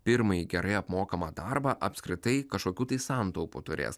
pirmąjį gerai apmokamą darbą apskritai kažkokių tai santaupų turės